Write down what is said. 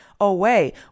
away